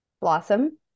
Blossom